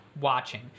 watching